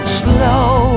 slow